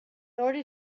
order